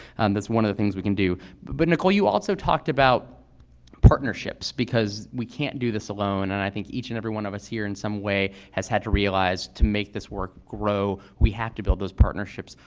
and that's one of the things that we can do, but nicole, you also talked about partnerships, because we can't do this alone, and i think each and every one of us here in some way has had to realize to make this work grow we have to build those partnerships.